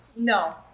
No